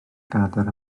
gadair